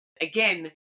again